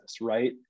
right